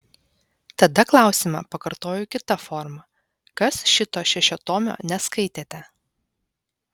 tada klausimą pakartoju kita forma kas šito šešiatomio neskaitėte